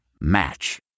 Match